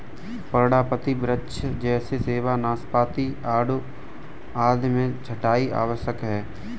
पर्णपाती वृक्ष जैसे सेब, नाशपाती, आड़ू आदि में छंटाई आवश्यक है